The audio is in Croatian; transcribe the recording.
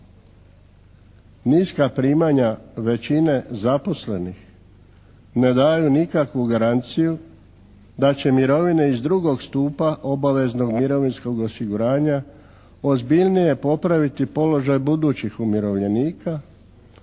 Niska primanja većine zaposlenih ne daju nikakvu garanciju da će mirovine iz drugog stupa obaveznog mirovinskog osiguranja ozbiljnije popraviti položaj budućih umirovljenika,